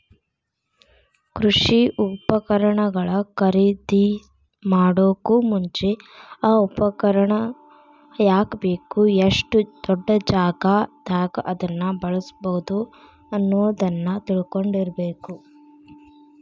ಕೃಷಿ ಉಪಕರಣ ಖರೇದಿಮಾಡೋಕು ಮುಂಚೆ, ಆ ಉಪಕರಣ ಯಾಕ ಬೇಕು, ಎಷ್ಟು ದೊಡ್ಡಜಾಗಾದಾಗ ಅದನ್ನ ಬಳ್ಸಬೋದು ಅನ್ನೋದನ್ನ ತಿಳ್ಕೊಂಡಿರಬೇಕು